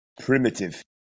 Primitive